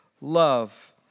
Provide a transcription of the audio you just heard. love